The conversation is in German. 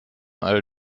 all